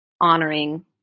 honoring